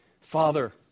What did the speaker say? Father